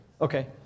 Okay